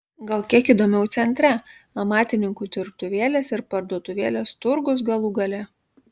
gal kiek įdomiau centre amatininkų dirbtuvėlės ir parduotuvėlės turgus galų gale